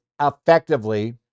effectively